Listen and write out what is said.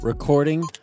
Recording